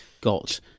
got